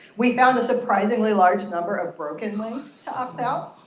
we found a surprisingly large number of broken links to opt out.